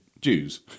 Jews